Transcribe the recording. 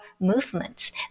movements